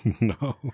No